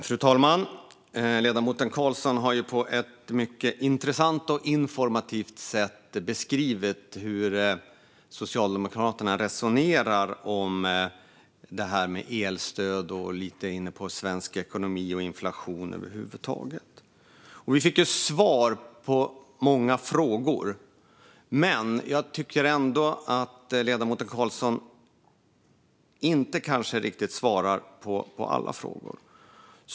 Fru talman! Ledamoten Karlsson har på ett mycket intressant och informativt sätt beskrivit hur Socialdemokraterna resonerar om elstöd. Han var också lite inne på svensk ekonomi och inflation över huvud taget. Vi fick ju svar på många frågor, men jag tycker ändå att ledamoten Karlsson inte riktigt svarade på alla frågor.